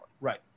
Right